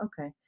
okay